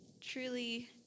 truly